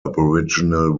aboriginal